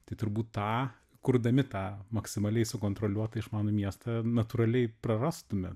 tai turbūt tą kurdami tą maksimaliai sukontroliuotą išmanų miestą natūraliai prarastume